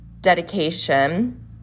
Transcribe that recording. dedication